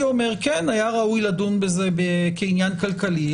אומר: היה ראוי לדון בזה כעניין כלכלי,